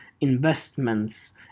investments